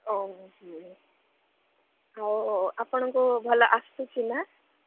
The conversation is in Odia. ଓହୋ ଆଉ ଆପଣଙ୍କୁ ଭଲ ଆସୁଛି ନା